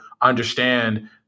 understand